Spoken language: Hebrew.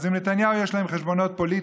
אז עם נתניהו יש להם חשבונות פוליטיים,